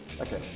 Okay